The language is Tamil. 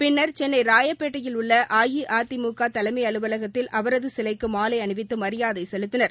பின்னர் சென்னைராயப்பேட்டையில் உள்ளஅஇஅதிமுகதலைமைஅலுவலகத்தில் அவரதுசிலைக்கு மாலைஅணிவித்துமரியாதைசெலுத்தினர்